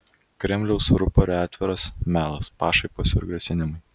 kremliaus rupore atviras melas pašaipos ir grasinimai